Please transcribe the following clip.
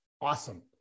awesome